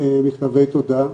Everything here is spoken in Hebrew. מכתבי תודה,